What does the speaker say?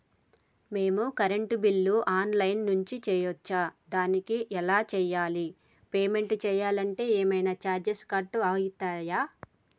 మేము కరెంటు బిల్లును online నుంచి చేయచ్చా? దానికి ఎలా చేయాలి? పేమెంట్ చేయాలంటే ఏమైనా చార్జెస్ కట్ అయితయా?